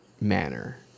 manner